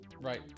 Right